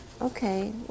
Okay